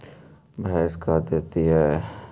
भैंस का देती है?